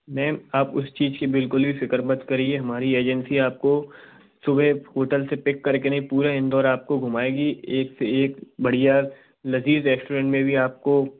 ma'am आप उस चीज़ की बिल्कुल भी फिक़्र मत करिए हमारी एजेंसी आपको सुबह होटल से पिक करके नहीं पूरा इंदौर आपको घूमाएगी एक से एक बढ़िया लज़ीज़ रेस्टोरेंट में भी आपको